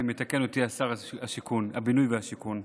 עשרת אלפים, מתקן אותי שר הבינוי והשיכון.